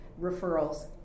referrals